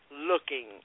looking